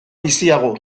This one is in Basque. biziago